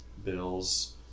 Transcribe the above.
bills